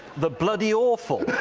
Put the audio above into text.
the bloody awful.